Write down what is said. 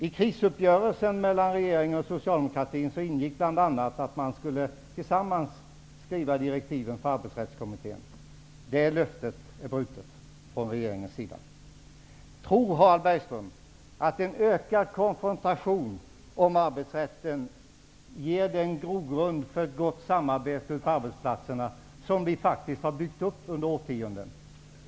I krisuppgörelsen mellan regeringen och socialdemokratin ingick bl.a. att man skulle tillsammans skriva direktiven för arbetsrättskommittén. Det löftet är brutet från regeringens sida. Tror Harald Bergström att en ökad konfrontation om arbetsrätten ger den grogrund för ett gott samarbete på arbetsplatserna som vi faktiskt har byggt upp under årtionden?